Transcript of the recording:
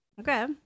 Okay